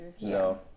No